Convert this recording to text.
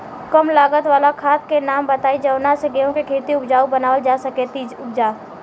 कम लागत वाला खाद के नाम बताई जवना से गेहूं के खेती उपजाऊ बनावल जा सके ती उपजा?